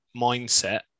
mindset